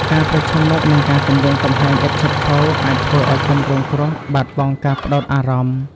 ការប្រឈមមុខនឹងការគំរាមកំហែងឥតឈប់ឈរ អាចធ្វើឲ្យជនរងគ្រោះ បាត់បង់ការផ្តោតអារម្មណ៍។